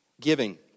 Giving